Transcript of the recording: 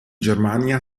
germania